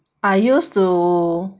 I used to